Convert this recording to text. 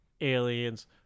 aliens